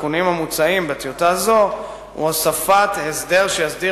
התיקונים המוצעים בטיוטה זו הוא הוספת הסדר שיסדיר